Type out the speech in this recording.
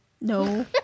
no